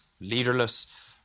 leaderless